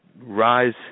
rise